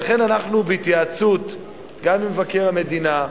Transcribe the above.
לכן אנחנו, בהתייעצות גם עם מבקר המדינה,